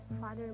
Father